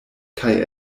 kaj